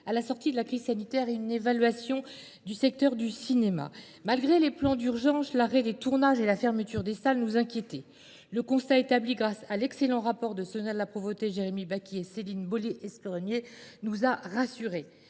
à la sortie de la crise sanitaire, une évaluation du secteur du cinéma. Malgré les plans d’urgence, l’arrêt des tournages et la fermeture des salles nous inquiétaient ; le constat établi dans l’excellent rapport de Sonia de La Provôté, Jérémy Bacchi et Céline Boulay Espéronnier nous a rassurés